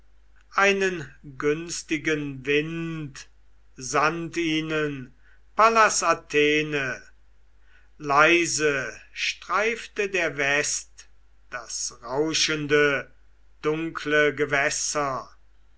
einen günstigen wind sandt ihnen pallas athene leise streifte der west das rauschende dunkle gewässer